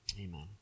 Amen